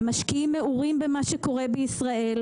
המשקיעים מעורים במה שקורה בישראל,